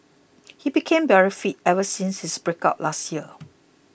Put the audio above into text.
he became very fit ever since his breakup last year